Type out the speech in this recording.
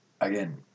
Again